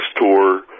tour